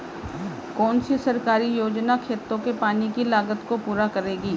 कौन सी सरकारी योजना खेतों के पानी की लागत को पूरा करेगी?